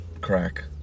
crack